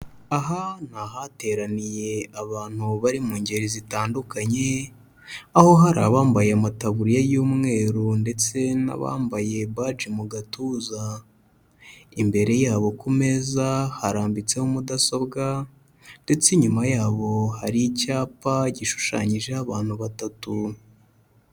Aha ni ahateraniye abantu bari mu ngeri zitandukanye, aho hari abambaye amataburiya y'umweru ndetse n'abambaye baji mu gatuza, imbere yabo ku meza harambitseho mudasobwa ndetse inyuma yabo hari icyapa gishushanyijeho abantu batatu.